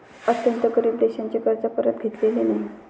अत्यंत गरीब देशांचे कर्ज परत घेतलेले नाही